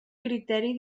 criteri